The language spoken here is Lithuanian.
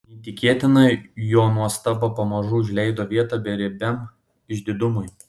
neįtikėtina jo nuostaba pamažu užleido vietą beribiam išdidumui